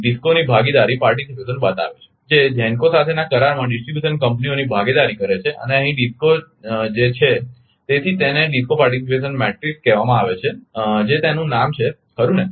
ડિસ્કોની ભાગીદારી બતાવે છે જે GENCO સાથેના કરારમાં ડિસ્ટ્રિબ્યુશન કંપનીઓની ભાગીદારી કરે છે અને અહીં DISCO છે તેથી તેને ડિસ્કો પાર્ટીસીપેશન મેટ્રિક્સ કહેવામાં આવે છે જે તેનું નામ છે ખરુ ને